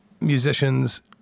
musicians